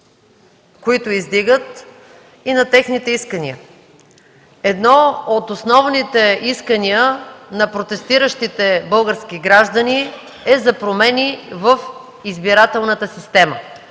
които издигат, и на техните искания. Едно от основните искания на протестиращите български граждани е за промени в избирателната система,